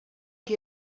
que